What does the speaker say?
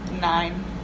nine